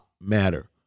matter